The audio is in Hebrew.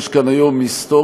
שיש כאן היום היסטוריה,